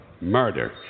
murder